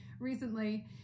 recently